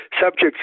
subjects